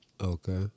Okay